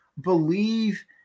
believe